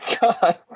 God